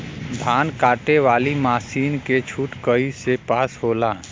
धान कांटेवाली मासिन के छूट कईसे पास होला?